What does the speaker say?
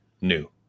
new